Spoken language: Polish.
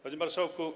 Panie Marszałku!